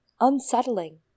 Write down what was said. Unsettling